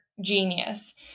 genius